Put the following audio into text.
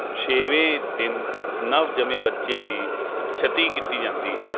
ਛੇਵੇਂ ਦਿਨ ਨਵ ਜੰਮੇ ਬੱਚੇ ਦੀ ਛਠੀ ਕੀਤੀ ਜਾਂਦੀ ਹੈ